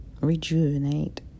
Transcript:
rejuvenate